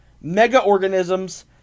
mega-organisms